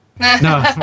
No